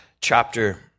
chapter